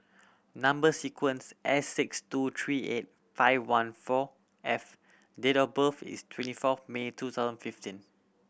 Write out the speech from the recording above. number sequence S six two three eight five one four F date of birth is twenty fourth May two thousand fifteen